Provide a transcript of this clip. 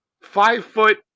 five-foot